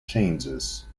changes